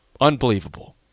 Unbelievable